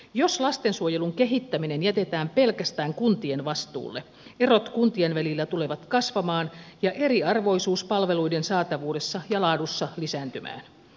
jos lastensuojelun kehittäminen jätetään pelkästään kuntien vastuulle erot kuntien välillä tulevat kasvamaan ja eriarvoisuus palveluiden saatavuudessa ja laadussa lisääntymään